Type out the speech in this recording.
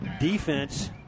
defense